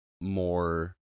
more